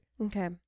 Okay